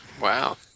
Wow